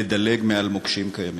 לדלג מעל מוקשים קיימים.